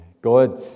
God